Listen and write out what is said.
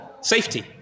safety